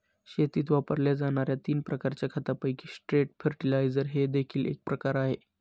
शेतीत वापरल्या जाणार्या तीन प्रकारच्या खतांपैकी स्ट्रेट फर्टिलाइजर हे देखील एक प्रकार आहे